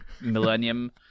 millennium